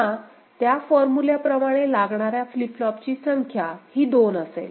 पुन्हा त्या फॉर्मुल्याप्रमाणे लागणाऱ्या फ्लिप फ्लॉपची संख्या ही दोन असेल